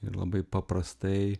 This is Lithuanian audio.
ir labai paprastai